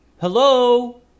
Hello